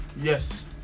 Yes